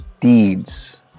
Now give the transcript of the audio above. deeds